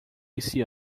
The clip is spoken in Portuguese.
esse